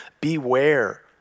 Beware